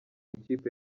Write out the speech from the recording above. ikipe